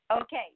Okay